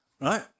Right